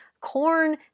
corn